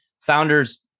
founders